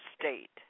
state